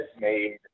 made